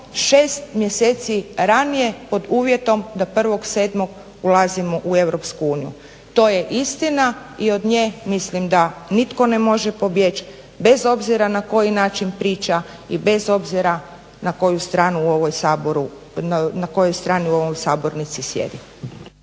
6 mjeseci ranije pod uvjetom da 1.7. ulazimo u EU. To je istina i od nje mislim da nitko ne može pobjeći bez obzira na koji način priča i bez obzira na koju stranu u ovoj sabornici sjedi.